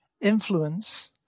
influence